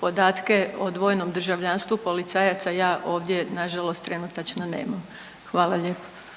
podatke o dvojno državljanstvu policajaca ja ovdje nažalost trenutačno nemam, hvala lijepo.